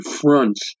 fronts